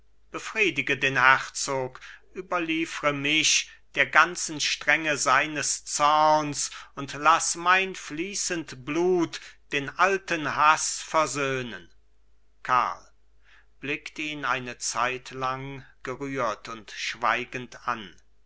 befriedige den herzog überliefre mich der ganzen strenge seines zorns und laß mein fließend blut den alten haß versöhnen karl blickt ihn eine zeitlang gerührt und schweigend an